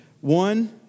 One